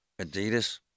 Adidas